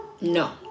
no